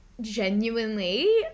genuinely